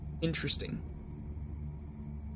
interesting